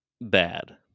bad